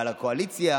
אבל לקואליציה